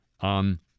on